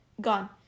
gone